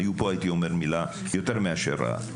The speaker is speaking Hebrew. אם הם היו פה, הייתי אומר מילה יותר מאשר רעה.